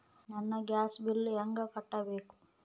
ನನ್ನ gas bill ಹೆಂಗ ಕಟ್ಟಬೇಕು?